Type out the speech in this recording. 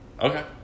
Okay